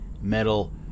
metal